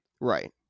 Right